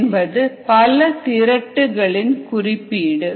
"ஓம்" "Ome" என்பது பலதிரட்டு களின் குறிப்பீடு